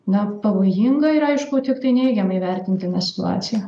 na pavojinga ir aišku tiktai neigiamai vertintina situacija